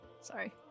Sorry